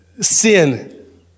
sin